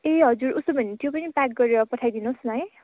ए हजुर उसो भने त्यो पनि प्याक गरेर पठाइदिनुहोस् न है